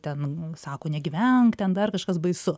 ten mums sako negyvenk ten dar kažkas baisu